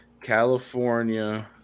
California